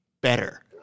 better